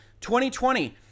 2020